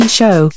show